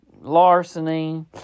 larceny